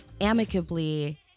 amicably